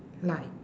like